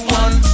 one